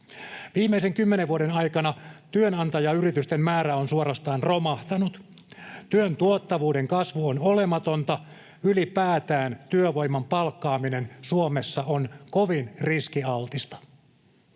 Viimeisen kymmenen vuoden aikana työnantajayritysten määrä on suorastaan romahtanut. Työn tuottavuuden kasvu on olematonta. Ylipäätään työvoiman palkkaaminen Suomessa on kovin riskialtista.